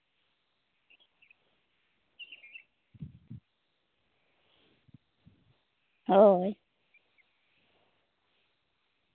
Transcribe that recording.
ᱦᱳᱭ